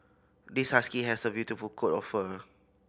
this husky has a beautiful coat of fur